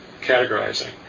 categorizing